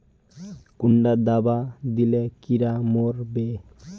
कुंडा दाबा दिले कीड़ा मोर बे?